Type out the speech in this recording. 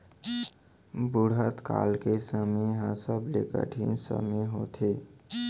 बुढ़त काल के समे ह सबले कठिन समे होथे